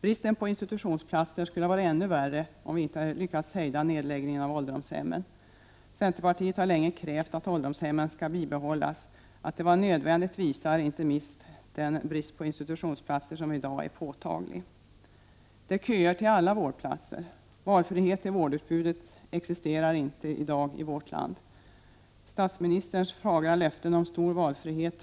Bristen på institutionsplatser skulle ha varit ännu värre om vi inte lyckats hejda nedläggningen av ålderdomshemmen. Centerpartiet har länge krävt att ålderdomshemmen skall bibehållas. Att det var nödvändigt visar inte minst den brist på institutionsplatser som i dag är påtaglig. Det är köer till alla vårdplatser. Valfrihet i vårdutbudet existerar inte i dag i vårt land. Statsministerns fagra löften